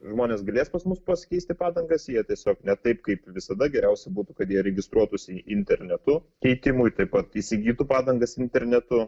žmonės galės pas mus pasikeisti padangas jie tiesiog ne taip kaip visada geriausia būtų kad jie registruotųsi internetu keitimui taip pat įsigytų padangas internetu